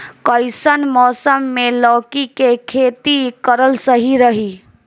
कइसन मौसम मे लौकी के खेती करल सही रही?